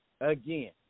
again